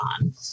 on